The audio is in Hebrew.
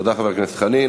תודה, חבר הכנסת חנין.